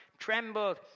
trembled